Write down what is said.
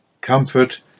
Comfort